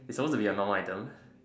its suppose to be a normal item